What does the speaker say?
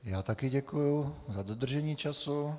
Já také děkuji za dodržení času.